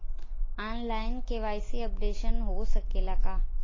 आन line KYC updation हो सकेला का?